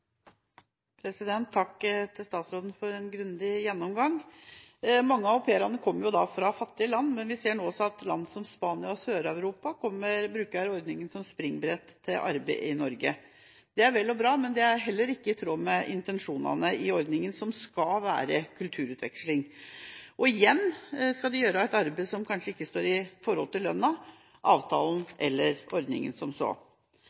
Takk til statsråden for en grundig gjennomgang. Mange av au pairene kommer fra fattige land, men vi ser nå også at man fra land som Spania og ellers i Sør-Europa bruker ordningen som springbrett til å arbeide i Norge. Det er vel og bra, men det er heller ikke i tråd med intensjonene i ordningen, som skal være kulturutveksling. Og igjen, de skal gjøre et arbeid som kanskje ikke står i forhold til lønna, avtalen eller ordningen som